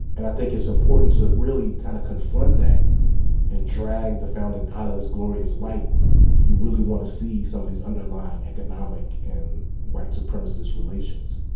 and i think it's important to really kind of confront that and drag the founding out of this glorious light if you really want to see some of these underlying economic and white supremacist relations.